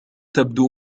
تبدو